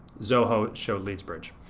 zoho show leadsbridge.